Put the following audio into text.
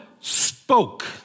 spoke